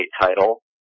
title